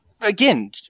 Again